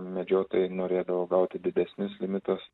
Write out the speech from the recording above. medžiotojai norėdavo gauti didesnius limitus